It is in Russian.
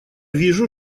вижу